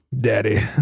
Daddy